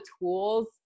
tools